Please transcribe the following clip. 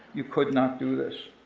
you could not do this.